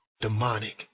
demonic